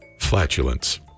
flatulence